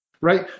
right